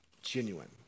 genuine